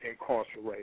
incarcerated